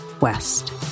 West